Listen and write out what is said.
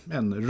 en